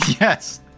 Yes